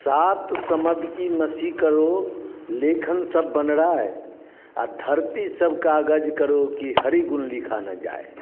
सात समद की मसी करो लेखन सब बनडाए धरती सब कागज करो कि हरी गुल्ली खा ना जाए